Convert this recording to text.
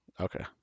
Okay